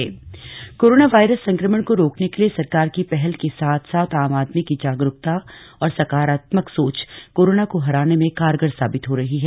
corona को हराया corona virus संक्रमण रोकने के लिए सरकार की पहल के साथ साथ आम आदमी की जागरूकता और सकारात्मक सोंच कोरोना को हराने में कारगर साबित हो रही है